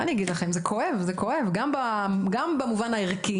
מה אני אגיד לכם, זה כואב, גם במובן הערכי.